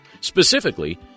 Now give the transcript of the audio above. Specifically